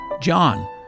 John